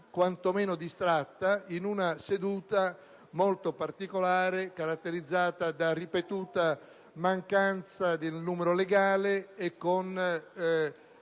quanto meno distratta, in una seduta molto particolare, caratterizzata da ripetuta mancanza del numero legale e